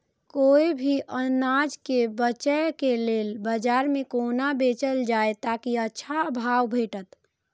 कोय भी अनाज के बेचै के लेल बाजार में कोना बेचल जाएत ताकि अच्छा भाव भेटत?